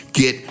get